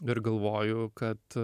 ir galvoju kad